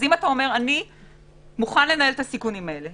אם אתה אומר: אני מוכן לנהל את הסיכונים האלה